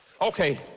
Okay